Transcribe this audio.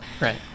right